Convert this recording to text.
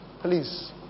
Please